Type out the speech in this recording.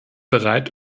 bereit